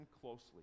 closely